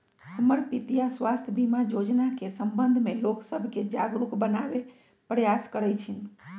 हमर पितीया स्वास्थ्य बीमा जोजना के संबंध में लोग सभके जागरूक बनाबे प्रयास करइ छिन्ह